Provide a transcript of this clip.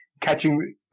catching